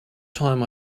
time